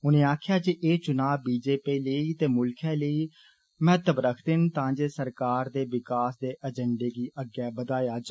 उनें आक्खेआ जे एह् चुना ठश्रच् लेई ते मुल्खा लेई महत्व रखदे न तां जे सरकार दे विकास दे एजैंडें गी अग्गे बधाया जा